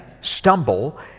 stumble